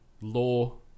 law